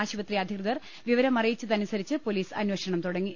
ആശുപത്രി അധി കൃതർ വിവരമറിയിച്ചതനുസരിച്ച് പൊലീസ് അന്വേഷണം തുട ങ്ങി